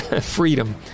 freedom